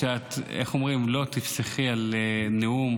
-- שאת לא תפסחי על נאום,